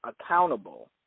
accountable